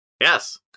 Yes